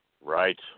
Right